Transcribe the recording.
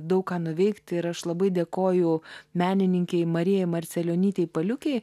daug ką nuveikti ir aš labai dėkoju menininkei marijai marcelionytei paliukei